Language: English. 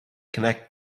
connect